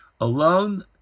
alone